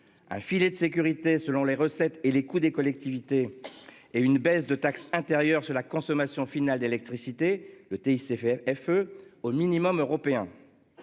Un filet de sécurité selon les recettes et les coûts des collectivités et une baisse de taxe intérieure sur la consommation finale d'électricité le tennis faire FE au minimum européen.